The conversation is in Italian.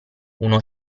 uno